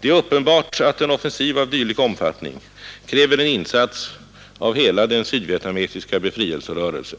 Det är uppenbart att en offensiv av dylik omfattning kräver en insats av hela den sydvietnamesiska befrielserörelsen.